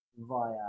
via